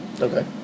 Okay